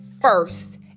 first